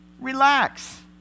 relax